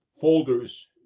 folders